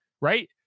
Right